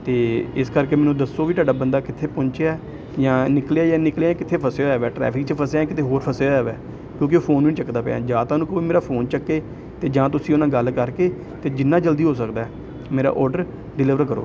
ਅਤੇ ਇਸ ਕਰਕੇ ਮੈਨੂੰ ਦੱਸੋ ਵੀ ਤੁਹਾਡਾ ਬੰਦਾ ਕਿੱਥੇ ਪਹੁੰਚਿਆ ਜਾਂ ਨਿਕਲਿਆ ਜਾਂ ਨਹੀਂ ਨਿਕਲਿਆ ਕਿੱਥੇ ਫਸਿਆ ਹੋਇਆ ਹੈ ਟਰੈਫਿਕ 'ਚ ਫਸਿਆ ਕਿਤੇ ਹੋਰ ਫਸਿਆ ਹੋਇਆ ਹੈ ਕਿਉਂਕਿ ਉਹ ਫੋਨ ਵੀ ਨਹੀਂ ਚੱਕਦਾ ਪਿਆ ਜਾਂ ਤਾਂ ਉਹਨੂੰ ਕਹੋ ਵੀ ਮੇਰਾ ਫੋਨ ਚੱਕੇ ਅਤੇ ਜਾਂ ਤੁਸੀਂ ਉਹ ਨਾਲ ਗੱਲ ਕਰਕੇ ਅਤੇ ਜਿੰਨਾ ਜਲਦੀ ਹੋ ਸਕਦਾ ਮੇਰਾ ਔਡਰ ਡਿਲੀਵਰ ਕਰੋ